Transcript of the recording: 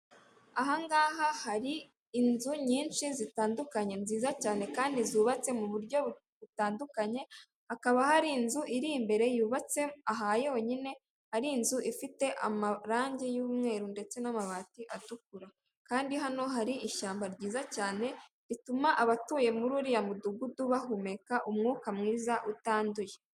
Aha ngaha hari inzu nyinshi zitandukanye nziza cyane kandi zubatse mu buryo butandukanye, hakaba hari inzu iri imbere yubatse ahayonyine, ari inzu ifite amarange y'umweru ndetse n'amabati atukura kandi hano hari ishyamba ryiza cyane rituma abatuye muri uriya mudugudu bahumeka umwuka mwiza utanduye.